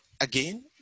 again